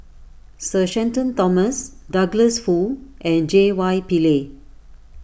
Sir Shenton Thomas Douglas Foo and J Y Pillay